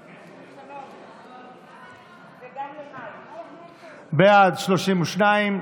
קבוצת סיעת הציונות הדתית וקבוצת סיעת ש"ס לסעיף 1